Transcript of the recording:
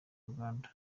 uganda